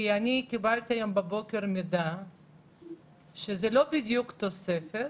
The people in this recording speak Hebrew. אני קיבלתי היום בבוקר מידע שזה לא בדיוק תוספת